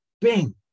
bing